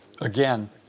again